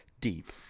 Deep